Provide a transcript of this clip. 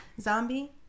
zombie